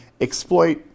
exploit